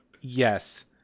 Yes